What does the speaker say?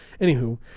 Anywho